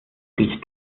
dich